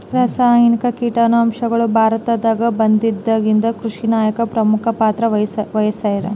ರಾಸಾಯನಿಕ ಕೀಟನಾಶಕಗಳು ಭಾರತದಾಗ ಬಂದಾಗಿಂದ ಕೃಷಿನಾಗ ಪ್ರಮುಖ ಪಾತ್ರ ವಹಿಸ್ಯಾವ